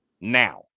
now